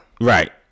Right